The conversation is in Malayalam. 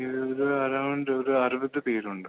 ഇവരിത് അറൗണ്ട് ഒരു അറുപത് പേരുണ്ട്